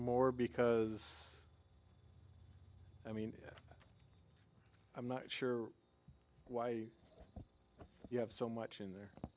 more because i mean i'm not sure why you have so much